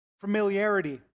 familiarity